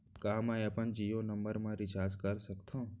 का मैं अपन जीयो नंबर म रिचार्ज कर सकथव?